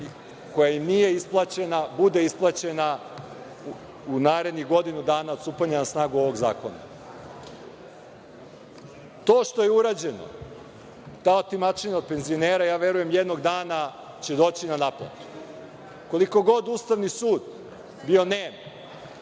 koja im nije isplaćena bude isplaćena u narednih godinu dana od stupanja na snagu ovog zakona. To što je urađeno, ta otimačina od penzionera, ja verujem da će jednog dana doći na naplatu. Koliko god Ustavni sud bio nem,